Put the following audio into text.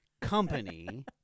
company